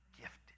Gifted